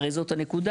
הרי זאת הנקודה,